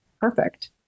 perfect